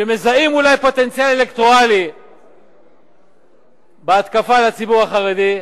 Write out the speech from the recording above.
שמזהים אולי פוטנציאל אלקטורלי בהתקפה על הציבור החרדי,